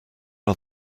are